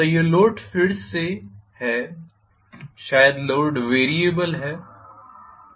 तो यह लोड फिर से है शायद लोड वेरियबलहै